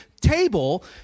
table